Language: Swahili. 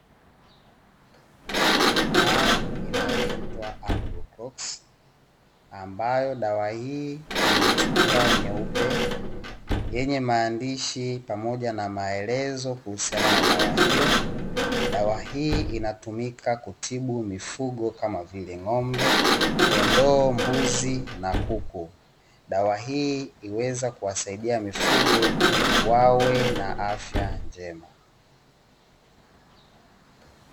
Dawa inayoitwa "AMPROCOX", ambayo dawa hii yenye chupa nyeupe yenye maandishi pamoja na maelezo kuhusiana na dawa hiyo. Dawa hii inatumika kutibu mifugo kama vile: ng’ombe, kondoo, mbuzi na kuku. Dawa hii huweza kuwasaidia mifugo wawe na afya njema.